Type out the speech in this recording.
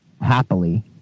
happily